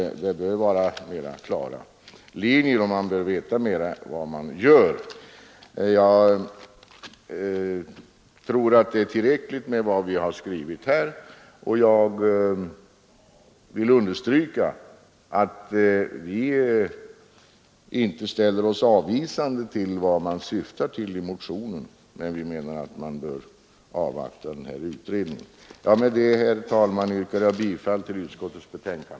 Det bör vara mera klara linjer, så att vi vet vad det är vi gör. Jag tror därför att det är tillräckligt med vad utskottet här har skrivit. Jag understryker att vi inte ställer oss avvisande till motionärernas syfte, men vi menar att vi först bör avvakta handikapputredningens betänkande. Herr talman! Med detta yrkar jag bifall till utskottets hemställan.